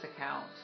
account